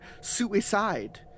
suicide